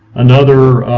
another